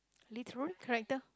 literally character